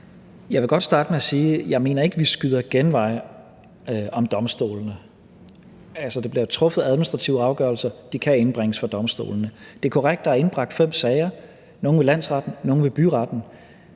Jeg vil godt starte med at sige, at jeg ikke mener, at vi skyder genvej om domstolene. Der bliver jo truffet administrative afgørelser, og de kan indbringes for domstolene. Det er korrekt, at der er indbragt fem sager, nogle ved landsretten og nogle ved byretten,